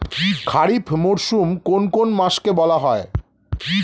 খারিফ মরশুম কোন কোন মাসকে বলা হয়?